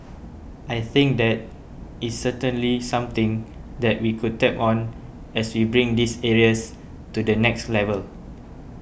I think that is certainly something that we could tap on as we bring these areas to the next level